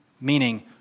Meaning